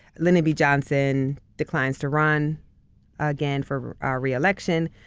lyndon b. johnson declines to run again for ah re-election.